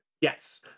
Yes